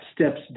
steps